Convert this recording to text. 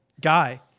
guy